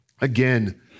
Again